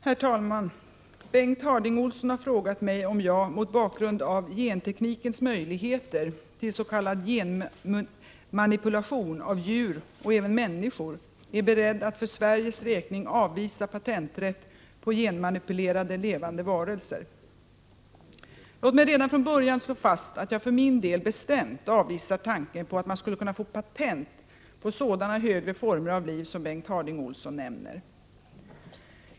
Herr talman! Bengt Harding Olson har frågat mig om jag — mot bakgrund av genteknikens möjligheter till s.k. genmanipulation av djur och även människor — är beredd att för Sveriges räkning avvisa patenträtt på genmanipulerade levande varelser. Låt mig redan från början slå fast att jag för min del bestämt avvisar tanken på att man skall kunna få patent på sådana högre former av liv som Bengt Harding Olson nämner.